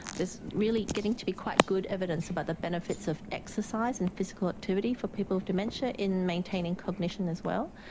there is really getting to be quite good evidence about the benefits of exercise and physical activity for people with dementia in maintaining cognition as well.